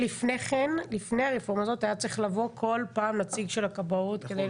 לפני הרפורמה הזאת היה צריך לבוא כל פעם נציג של הכבאות כדי